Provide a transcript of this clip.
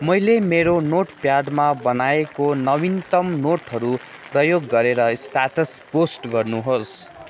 मैले मेरो नोटप्याडमा बनाएको नवीनतम नोटहरू प्रयोग गरेर स्टेटस् पोस्ट गर्नु होस्